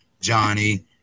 Johnny